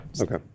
okay